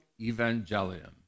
evangelium